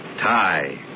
Tie